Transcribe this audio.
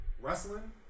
wrestling